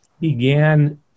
began